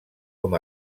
com